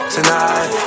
Tonight